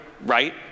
right